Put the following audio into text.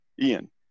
Ian